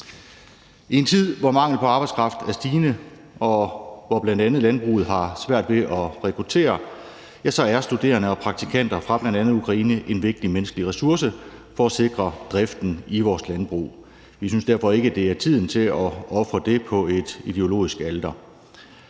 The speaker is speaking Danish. I en tid, hvor manglen på arbejdskraft er stigende, og hvor bl.a. landbruget har svært ved at rekruttere, er studerende og praktikanter fra bl.a. Ukraine en vigtig menneskelig ressource for at sikre driften i vores landbrug. Vi synes derfor ikke, det er tiden til at ofre det på et ideologisk alter.